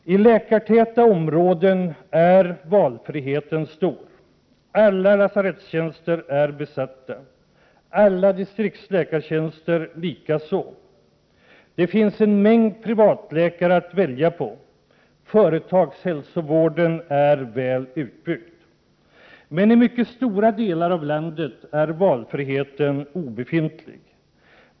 I läkartäta områden är valfriheten stor: Alla lasarettstjänster är besatta, alla distriktsläkartjänster likaså. Det finns en mängd privatläkare att välja på. Företagshälsovården är väl utbyggd. Men i mycket stora delar av landet är valfriheten obefintlig.